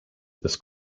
this